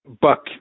Buck